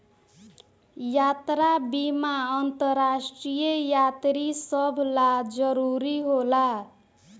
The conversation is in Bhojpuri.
यात्रा बीमा अंतरराष्ट्रीय यात्री सभ ला जरुरी होला